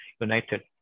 united